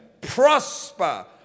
prosper